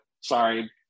sorry